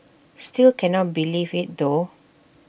still can not believe IT though